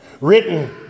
written